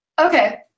Okay